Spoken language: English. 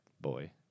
Boy